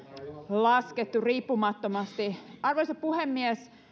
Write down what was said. laskettu riippumattomasti arvoisa puhemies